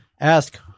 Ask